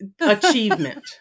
achievement